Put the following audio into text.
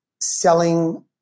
selling